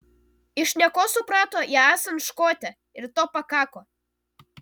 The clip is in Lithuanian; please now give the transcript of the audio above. iš šnekos suprato ją esant škotę ir to pakako